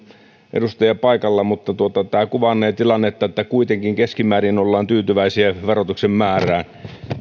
edustajia paikalla mutta tämä kuvannee tilannetta että kuitenkin keskimäärin ollaan tyytyväisiä verotuksen määrään